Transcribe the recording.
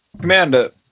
Commander